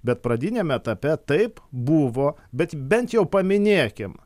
bet pradiniame etape taip buvo bet bent jau paminėkim